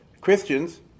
Christians